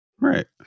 right